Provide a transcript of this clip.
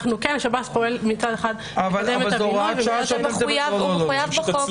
שב"ס פועל מצד אחד לקדם את הבינוי --- הוא מחויב בחוק.